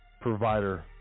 provider